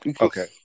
Okay